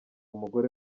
umugore